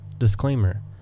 Disclaimer